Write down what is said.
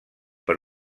per